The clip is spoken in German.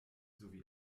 sowie